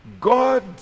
God